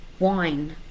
wine